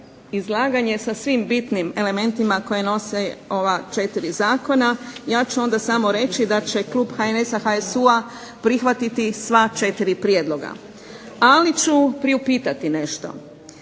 izlaganje sa svim bitnim elementima koje nose ova četiri zakona ja ću onda samo reći da će klub HNS-a, HSU-a prihvatiti sva četiri prijedloge, ali ću priupitati nešto.